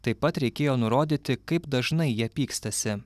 taip pat reikėjo nurodyti kaip dažnai jie pykstasi